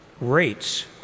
rates